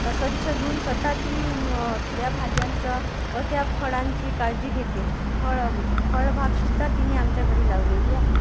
स्वच्छ धुवून स्वतः ती त्या भाज्यांचं व त्या फळांची काळजी घेते फळं फळबागसुद्धा तिने आमच्या घरी लावलेली आहे